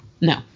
no